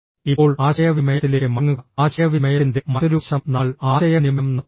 ഇപ്പോൾ ആശയവിനിമയത്തിലേക്ക് മടങ്ങുക ആശയവിനിമയത്തിന്റെ മറ്റൊരു വശം നമ്മൾ ആശയവിനിമയം നടത്തുന്നു